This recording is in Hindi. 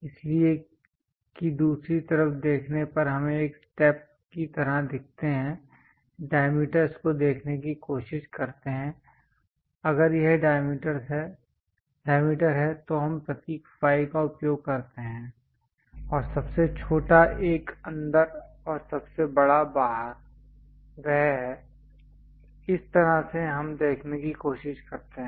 इसलिए कि दूसरी तरफ देखने पर हमें एक स्टेप की तरह दिखते हैं डायमीटरस् को देखने की कोशिश करते हैं अगर यह डायमीटर है तो हम प्रतीक फाई का उपयोग करते हैं और सबसे छोटा एक अंदर और सबसे बड़ा बाहर वह है इस तरह से हम देखने की कोशिश करते हैं